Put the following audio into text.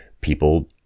people